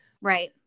Right